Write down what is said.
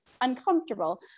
uncomfortable